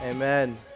Amen